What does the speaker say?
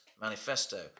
manifesto